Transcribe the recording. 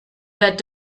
that